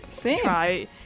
try